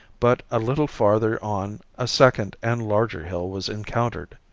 but a little farther on a second and larger hill was encountered,